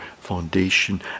foundation